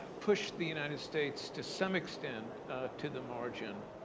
pushed the united states to some extent to the margin,